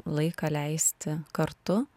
laiką leisti kartu